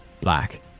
black